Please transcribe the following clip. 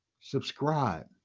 subscribe